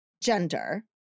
gender